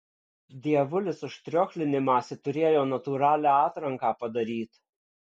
dievulis už triochlinimąsi turėjo natūralią atranką padaryt